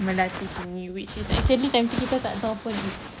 melati thingy which is actually time kita tak tahu pun it's